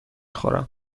خورم